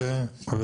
זו